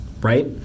right